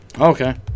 Okay